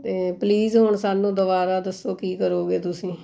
ਅਤੇ ਪਲੀਜ਼ ਹੁਣ ਸਾਨੂੰ ਦੁਬਾਰਾ ਦੱਸੋ ਕੀ ਕਰੋਗੇ ਤੁਸੀਂ